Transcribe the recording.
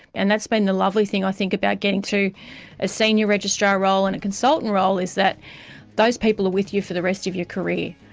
and that's been the lovely thing, i think, about getting to a senior registrar role and a consultant role is that those people are with you for the rest of your career,